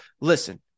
Listen